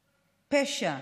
פשע,